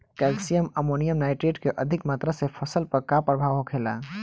Calcium ammonium nitrate के अधिक मात्रा से फसल पर का प्रभाव होखेला?